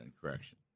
correction